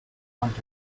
under